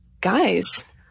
guys